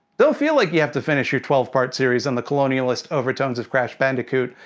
don't feel, like you have to finish your twelve part series on the colonialist overtones of crash bandicoot,